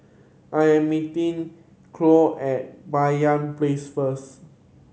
I am meeting Cloyd at Banyan Place first